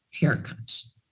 haircuts